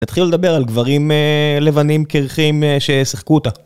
תתחילו לדבר על גברים לבנים קרחים ששיחקו אותה